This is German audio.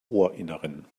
ohrinneren